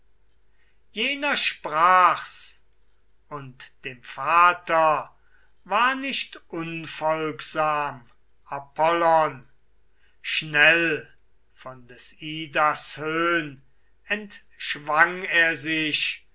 jener sprach's und dem vater war nicht unfolgsam apollon schnell von des idas höhn entschwang er sich